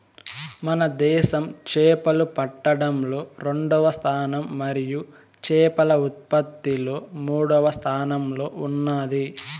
మన దేశం చేపలు పట్టడంలో రెండవ స్థానం మరియు చేపల ఉత్పత్తిలో మూడవ స్థానంలో ఉన్నాది